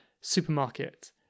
supermarket